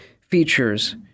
features